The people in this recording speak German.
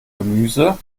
gemüse